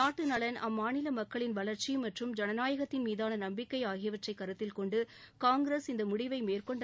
நாட்டுநலன் அம்மாநில மக்களின் வளர்ச்சி மற்றும் ஜனநாயகத்தின் மீதான நம்பிக்கை ஆகியவற்றை கருத்தில் கொண்டு காங்கிரஸ் இந்த முடிவை மேற்கொண்டதாக அவர் தெரிவித்தார்